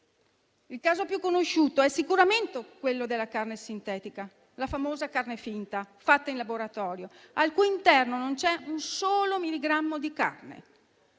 Il caso più conosciuto è sicuramente quello della carne sintetica, la famosa carne finta fatta in laboratorio, al cui interno non c'è un solo milligrammo di carne.